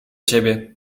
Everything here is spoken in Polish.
ciebie